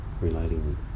relating